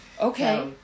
Okay